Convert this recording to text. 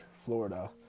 Florida